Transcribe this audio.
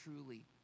truly